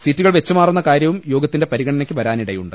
സീറ്റുകൾ വെച്ചുമാറുന്ന കാര്യവും യോഗത്തിന്റെ പരിഗ ണനയ്ക്ക് വരാനിടയുണ്ട്